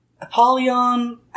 Apollyon